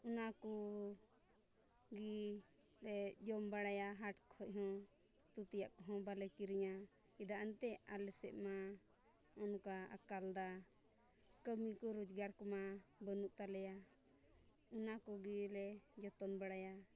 ᱚᱱᱟ ᱠᱚᱜᱮᱞᱮ ᱡᱚᱢ ᱵᱟᱲᱟᱭᱟ ᱦᱟᱴ ᱠᱷᱚᱡ ᱦᱚᱸ ᱩᱛᱩ ᱛᱮᱭᱟᱜ ᱠᱚᱦᱚᱸ ᱵᱟᱞᱮ ᱠᱤᱨᱤᱧᱟ ᱪᱮᱫᱟᱜ ᱮᱱᱛᱮᱫ ᱟᱞᱮᱥᱮᱫ ᱢᱟ ᱚᱱᱠᱟ ᱟᱠᱟᱞᱫᱟ ᱠᱟᱹᱢᱤ ᱠᱚ ᱨᱳᱡᱽᱜᱟᱨ ᱠᱚᱢᱟ ᱵᱟᱹᱱᱩᱜ ᱛᱟᱞᱮᱭᱟ ᱚᱱᱟ ᱠᱚᱜᱮᱞᱮ ᱡᱚᱛᱚᱱ ᱵᱟᱲᱟᱭᱟ